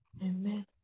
Amen